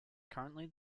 currently